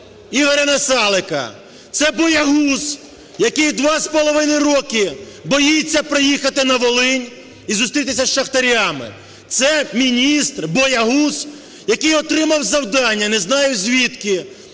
Ігоря Насалика. Це боягуз, який два з половиною роки боїться приїхати на Волинь і зустрітися з шахтарями. Це міністр-боягуз, який отримав завдання (не знаю звідки)